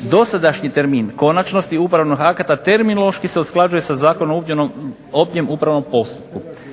Dosadašnji termin konačnosti upravnih akata terminološki se usklađuje sa Zakonom o općem upravnom postupku.